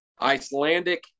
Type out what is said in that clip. Icelandic